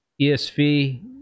ESV